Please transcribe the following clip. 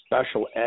Special